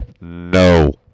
No